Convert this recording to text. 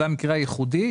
זה המקרה הייחודי.